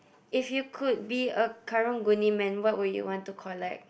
if you could be a Karang-Guni man what would you want to collect